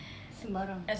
sembarang